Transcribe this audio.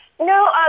No